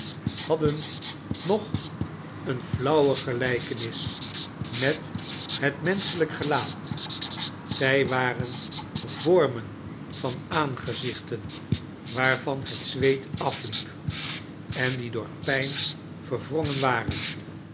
hadden nog een flauwe gelijkenis met het menschelijk gelaat zij waren vormen van aangezichten waarvan het zweet afliep en die door pijn verwrongen waren